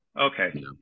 Okay